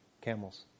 camels